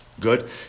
Good